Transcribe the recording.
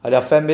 ya